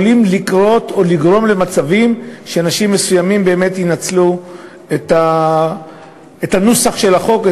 יכול לגרום למצבים שאנשים מסוימים באמת ינצלו את נוסח החוק,